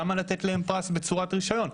למה לתת להם פרס בצורת רשיון?